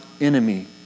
enemy